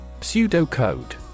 Pseudocode